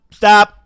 stop